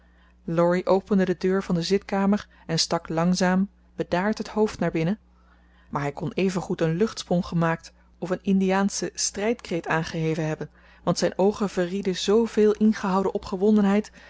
laurie opende de deur van de zitkamer en stak langzaam bedaard het hoofd naar binnen maar hij kon evengoed een luchtsprong gemaakt of een indiaanschen strijdkreet aangeheven hebben want zijn oogen verrieden zoo veel ingehouden